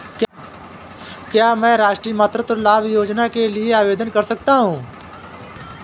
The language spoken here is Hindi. क्या मैं राष्ट्रीय मातृत्व लाभ योजना के लिए आवेदन कर सकता हूँ?